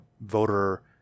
voter